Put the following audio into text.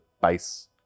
base